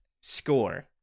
score